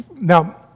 now